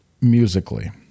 Musically